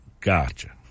Gotcha